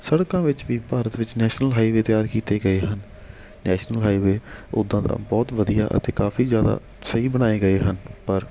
ਸੜਕਾਂ ਵਿੱਚ ਵੀ ਭਾਰਤ ਵਿੱਚ ਨੈਸ਼ਨਲ ਹਾਈਵੇ ਤਿਆਰ ਕੀਤੇ ਗਏ ਹਨ ਨੈਸ਼ਨਲ ਹਾਈਵੇ ਉੱਦਾਂ ਤਾਂ ਬਹੁਤ ਵਧੀਆ ਅਤੇ ਕਾਫੀ ਜ਼ਿਆਦਾ ਸਹੀ ਬਣਾਏ ਗਏ ਹਨ ਪਰ